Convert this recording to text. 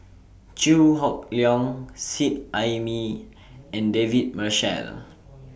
Chew Hock Leong Seet Ai Mee and David Marshall